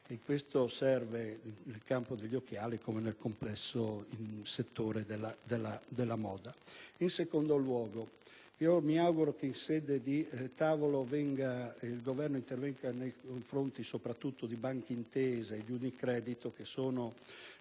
Questo serve nel campo degli occhiali come nel complesso settore della moda. In secondo luogo, mi auguro che, in sede di tavolo, il Governo intervenga soprattutto nei confronti di Banca Intesa e di Unicredit, che sono